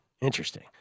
Interesting